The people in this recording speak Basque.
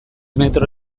metro